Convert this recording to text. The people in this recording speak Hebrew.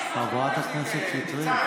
חברת הכנסת שטרית.